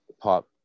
pop